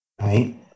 Right